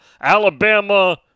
Alabama